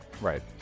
Right